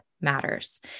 matters